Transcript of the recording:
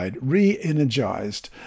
re-energized